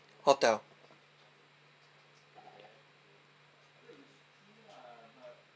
hotel